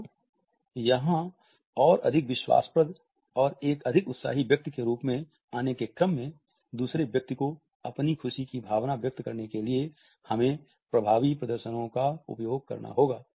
तो यहाँ और अधिक विश्वासप्रद और एक अधिक उत्साही व्यक्ति के रूप में आने के क्रम में दूसरे व्यक्ति को अपनी खुशी की भावना व्यक्त करने के लिए हमें प्रभावी प्रदर्शनों का उपयोग करना होगा